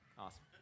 Awesome